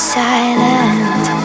silent